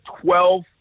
twelve